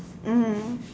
mmhmm